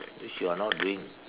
is you are not doing